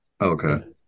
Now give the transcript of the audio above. Okay